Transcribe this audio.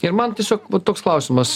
ir man tiesiog va toks klausimas